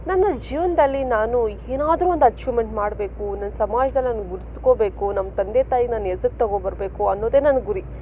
ನನ್ನ ಜೀವನದಲ್ಲಿ ನಾನು ಏನಾದರೂ ಒಂದು ಅಚೀವ್ಮೆಂಟ್ ಮಾಡಬೇಕು ನಾನು ಸಮಾಜ್ದಲ್ಲಿ ನಾನು ಗುರ್ತೋಬೇಕು ನಮ್ಮ ತಂದೆ ತಾಯಿಗೆ ನಾನು ಹೆಸರು ತೊಗೋಬರ್ಬೇಕು ಅನ್ನೋದೇ ನನ್ನ ಗುರಿ